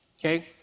okay